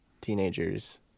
teenagers